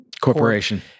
Corporation